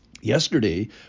Yesterday